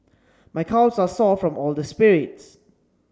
my calves are sore from all the spirits